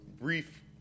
brief